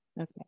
Okay